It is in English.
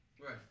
Right